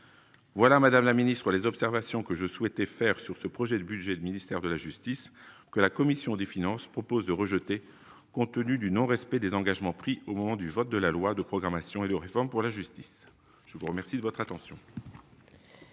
voilà, Madame la Ministre, les observations que je souhaitais faire sur ce projet de budget du ministère de la justice, que la commission des finances propose de rejeter, compte tenu du non-respect des engagements pris au moment du vote de la loi de programmation et de réforme pour la justice, je vous remercie de votre attention.